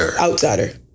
Outsider